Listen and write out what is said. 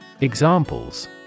Examples